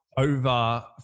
Over